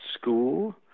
school